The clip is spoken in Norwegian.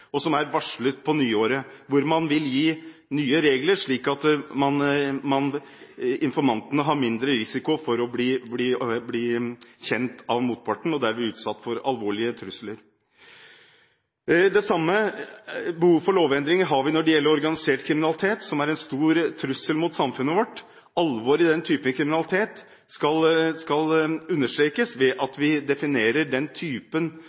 og som er varslet på nyåret, hvor man vil komme med nye regler, slik at informantene har mindre risiko for å bli kjent av motparten og dermed bli utsatt for alvorlig trusler. Det samme behovet for lovendringer har vi når det gjelder organisert kriminalitet, som er en stor trussel mot samfunnet vårt. Alvoret i den type kriminalitet skal understrekes ved at vi definerer den typen